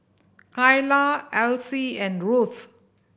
Kylah Elyse and Ruth